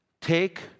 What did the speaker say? take